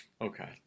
Okay